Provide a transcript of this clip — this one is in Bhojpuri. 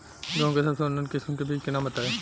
गेहूं के सबसे उन्नत किस्म के बिज के नाम बताई?